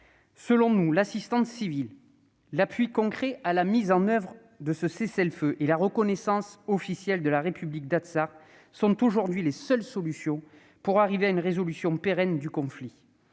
Selon nous, l'assistance civile, l'appui concret à la mise en oeuvre d'un cessez-le-feu et la reconnaissance officielle de la république d'Artsakh sont aujourd'hui les seules solutions pour aboutir à une résolution pérenne du conflit.